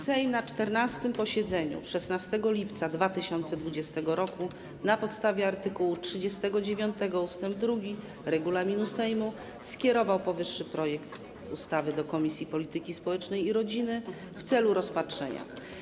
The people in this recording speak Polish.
Sejm na 14. posiedzeniu 16 lipca 2020 r. na podstawie art. 39 ust. 2 regulaminu Sejmu skierował powyższy projekt ustawy do Komisji Polityki Społecznej i Rodziny w celu rozpatrzenia.